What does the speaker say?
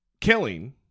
killing